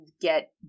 get